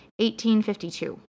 1852